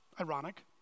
Ironic